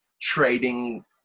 trading